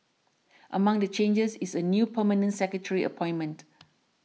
among the changes is a new Permanent Secretary appointment